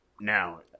Now